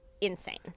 insane